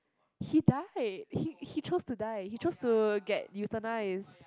he died he he chose to die he chose to get euthanised